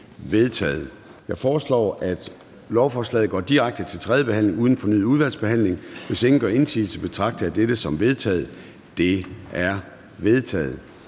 Jeg foreslår, at lovforslaget går direkte til tredje behandling uden fornyet udvalgsbehandling. Hvis ingen gør indsigelse, betragter jeg dette som vedtaget. Det er vedtaget.